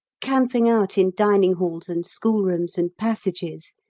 camping out in dining-halls and schoolrooms and passages.